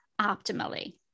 optimally